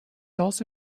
also